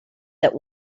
that